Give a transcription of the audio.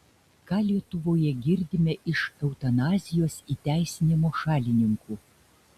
ką lietuvoje girdime iš eutanazijos įteisinimo šalininkų